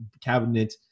cabinet